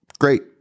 Great